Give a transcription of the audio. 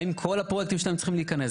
האם כל הפרויקטים שלהם צריכים להיכנס?